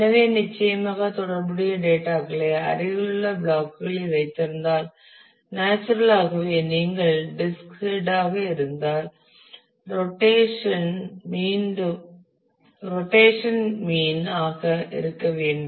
எனவே நிச்சயமாக தொடர்புடைய டேட்டா களை அருகிலுள்ள பிளாக் களில் வைத்திருந்தால் நேச்சுரல் ஆகவே நீங்கள் டிஸ்க் ஹெட் ஆக இருந்தால் ரொட்டேஷன் மீன் ஆக இருக்க வேண்டும்